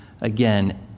again